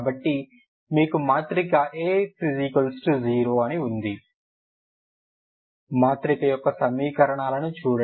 కాబట్టి మీకు మాత్రిక AX 0 ఉంది మాత్రిక యొక్క సమీకరణాలను చూడండి